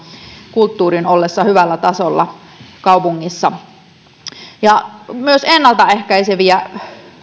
kulttuurin ollessa hyvällä tasolla kaupungissa myös ennalta ehkäiseviä